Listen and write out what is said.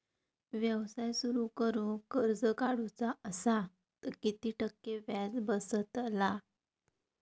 व्यवसाय सुरु करूक कर्ज काढूचा असा तर किती टक्के व्याज बसतला?